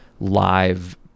live